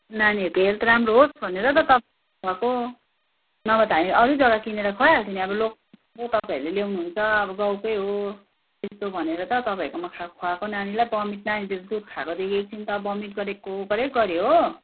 नानीहरूको हेल्थ राम्रो होस् भनेर त खुवाएको नभए त हामी अरू नै जग्गा किनेर खुवाइहाल्थ्यो नि अब लोकलको तपाईँहरूले ल्याउनुहुन्छ अब गाउँकै हो त्यस्तो भनेर त तपाईँहरूकोमा खा खुवाएको नानीलाई भमिट नानीले दुध खाएकोदेखि एकछिन त भमिट गरेको गरेको गर्यो हो